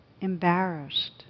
Embarrassed